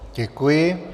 Děkuji.